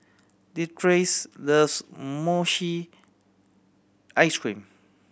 Leatrice loves mochi ice cream